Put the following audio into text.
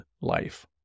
life